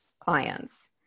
clients